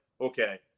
Okay